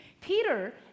Peter